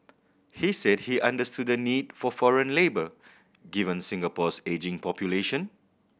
he said he understood the need for foreign labour given Singapore's ageing population